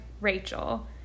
Rachel